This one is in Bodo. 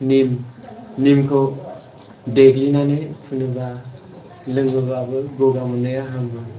निम निमखौ देग्लिनानै फुनोबा लोङोब्लाबो गगा मोननाया हामो